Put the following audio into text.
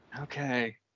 Okay